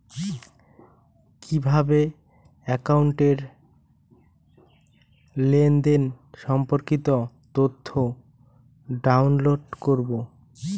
কিভাবে একাউন্টের লেনদেন সম্পর্কিত তথ্য ডাউনলোড করবো?